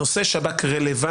נושא השב"כ רלוונטי